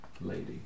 lady